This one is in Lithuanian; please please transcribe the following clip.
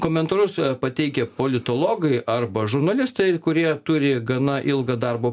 komentarus pateikia politologai arba žurnalistai kurie turi gana ilgą darbo